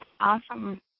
Awesome